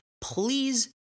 please